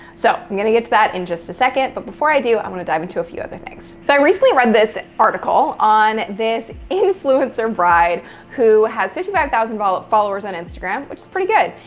so, i'm going to get to that in just a second, but before i do, i want to dive into a few other things. so, i recently read this article on this influencer bride who has fifty five thousand followers on instagram, which is pretty good.